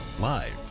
live